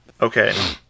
Okay